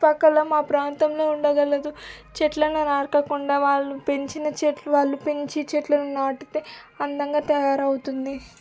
పక్కల మా ప్రాంతంలో ఉండగలదు చెట్లను నరకకుండా వాళ్ళు పెంచిన చెట్లు వాళ్ళు పెంచి చెట్లను నాటితే అందంగా తయారవుతుంది